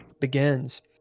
begins